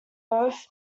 both